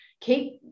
keep